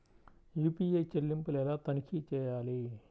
UPI చెల్లింపులు ఎలా తనిఖీ చేయాలి?